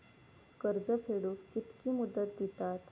कर्ज फेडूक कित्की मुदत दितात?